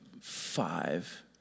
five